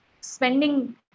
spending